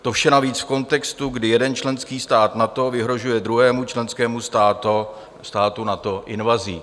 To vše navíc v kontextu, kdy jeden členský stát NATO vyhrožuje druhému členskému státu NATO invazí.